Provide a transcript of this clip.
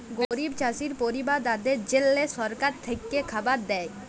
গরিব চাষী পরিবারদ্যাদের জল্যে সরকার থেক্যে খাবার দ্যায়